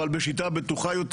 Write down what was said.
אבל בשיטה בטוחה יותר.